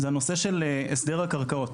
הוא הנושא של הסדר הקרקעות.